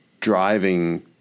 driving